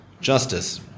Justice